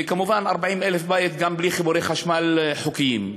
וכמובן 40,000 בית גם בלי חיבורי חשמל חוקיים.